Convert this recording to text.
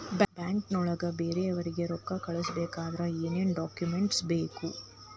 ಬ್ಯಾಂಕ್ನೊಳಗ ಬೇರೆಯವರಿಗೆ ರೊಕ್ಕ ಕಳಿಸಬೇಕಾದರೆ ಏನೇನ್ ಡಾಕುಮೆಂಟ್ಸ್ ಬೇಕು?